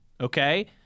okay